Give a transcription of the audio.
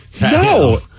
No